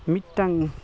ᱢᱤᱫᱴᱟᱝ